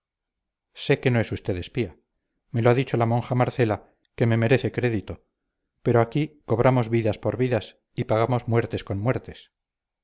sé que no es usted espía me lo ha dicho la monja marcela que me merece crédito pero aquí cobramos vidas por vidas y pagamos muertes con muertes